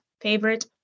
favorite